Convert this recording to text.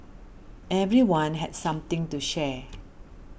everyone had something to share